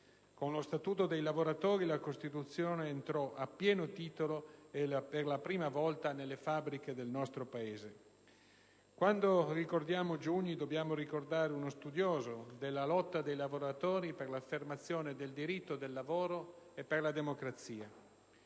con lo Statuto dei lavoratori la Costituzione entrò a pieno titolo e per la prima volta nelle fabbriche del nostro Paese. Quando ricordiamo Giugni dobbiamo ricordare uno studioso della lotta dei lavoratori per l'affermazione del diritto del lavoro e per la democrazia.